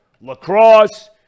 lacrosse